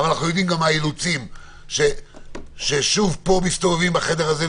אבל אנחנו יודעים גם מה האילוצים שמסתובבים בחדר הזה,